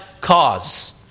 cause